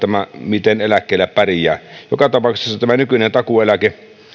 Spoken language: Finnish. miten eläkkeellä pärjää joka tapauksessa tämä nykyinen takuueläke